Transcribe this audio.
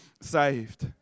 saved